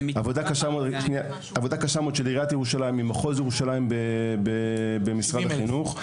מדובר בעבודה קשה של עיריית ירושלים ושל מחוז ירושלים במשרד החינוך.